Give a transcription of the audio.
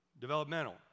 Developmental